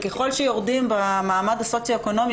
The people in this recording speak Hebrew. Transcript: ככל שיורדים במעמד הסוציו אקונומי,